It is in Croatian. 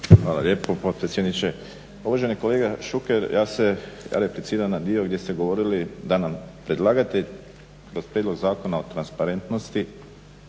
Hvala lijepo potpredsjedniče. Pa uvaženi kolega Šuker ja repliciram na dio gdje ste govorili da nam predlagatelj kroz Prijedlog zakona o transparentnosti